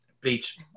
bleach